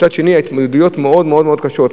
מצד שני, ההתמודדויות מאוד מאוד קשות.